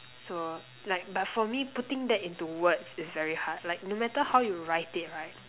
so like but for me putting that into words is very hard like no matter how you write it right